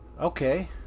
okay